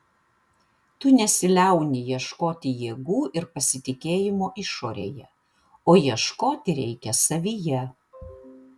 tu nesiliauni ieškoti jėgų ir pasitikėjimo išorėje o ieškoti reikia savyje